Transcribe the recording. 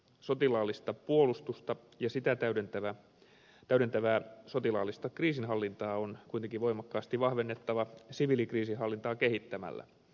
sotilaallista puolustusta ja sitä täydentävää sotilaallista kriisinhallintaa on kuitenkin voimakkaasti vahvennettava siviilikriisinhallintaa kehittämällä